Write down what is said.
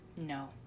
No